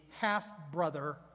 half-brother